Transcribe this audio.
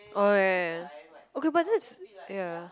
oh ya ya ya okay but this is ya